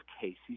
Casey